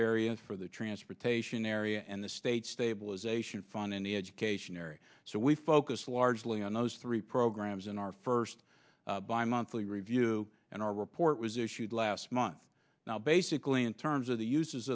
area for the transportation area and the state stabilization fund in the education area so we focused largely on those three programs in our first bimonthly review and our report was issued last month now basically in terms of the uses